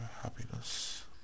happiness